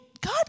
God